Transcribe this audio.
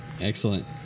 Excellent